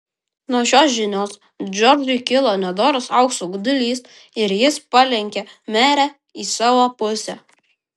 nuo šios žinios džordžui kilo nedoras aukso godulys ir jis palenkė merę į savo pusę